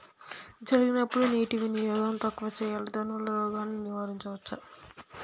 జరిగినప్పుడు నీటి వినియోగం తక్కువ చేయాలి దానివల్ల రోగాన్ని నివారించవచ్చా?